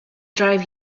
drive